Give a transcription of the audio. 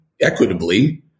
equitably